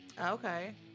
Okay